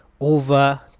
over